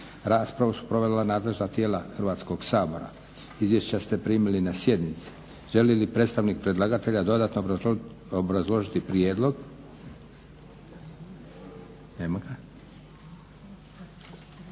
Raspravu su provela nadležna tijela Hrvatskog sabora. Izvješća ste primili na sjednici. Želi li predstavnik predlagatelja dodatno obrazložiti prijedlog? Nema ga,